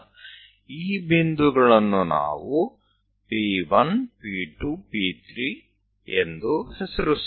તો આ બિંદુઓને આપણે P1P2P3 નામ આપીશું